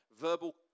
verbal